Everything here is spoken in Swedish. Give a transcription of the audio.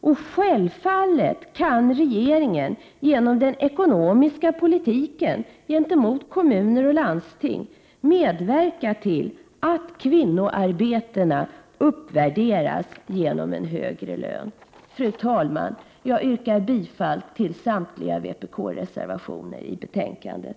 Och självfallet kan regeringen genom den ekonomiska politiken gentemot kommuner och landsting medverka till att kvinnoarbetena uppvärderas genom en högre lön. Fru talman! Jag yrkar bifall till samtliga vpk-reservationer i betänkandet.